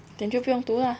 then 就不用读 ah